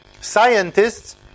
Scientists